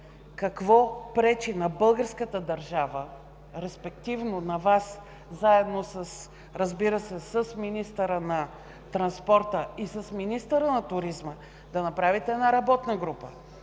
Какво пречи на българската държава, респективно на Вас, разбира се, заедно с министъра на транспорта и с министъра на туризма да направите работна група,